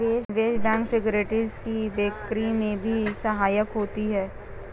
निवेश bank securities की बिक्री में भी सहायक होते हैं